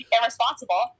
Irresponsible